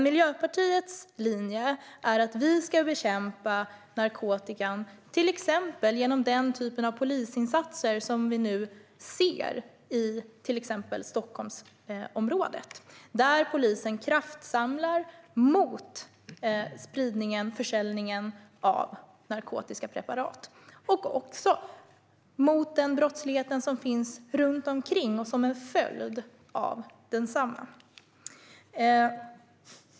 Miljöpartiets linje är att vi ska bekämpa narkotikan till exempel genom den typ av polisinsatser som vi nu ser exempelvis i Stockholmsområdet. Där kraftsamlar polisen mot spridningen och försäljningen av narkotiska preparat och också mot den brottslighet som finns runt omkring och som en följd av densamma.